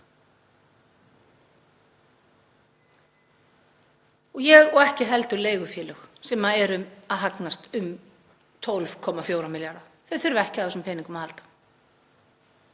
halda, og ekki heldur leigufélög sem væru að hagnast um 12,4 milljarða. Þau þyrftu ekki á þessum peningum að halda.